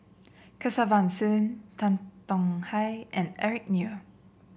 Kesavan Soon Tan Tong Hye and Eric Neo